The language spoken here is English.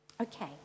Okay